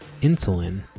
insulin